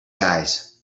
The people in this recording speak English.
guys